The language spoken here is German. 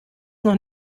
noch